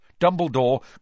Dumbledore